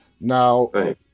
now